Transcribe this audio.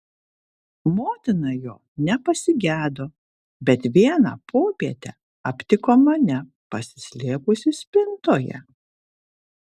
motina jo nepasigedo bet vieną popietę aptiko mane pasislėpusį spintoje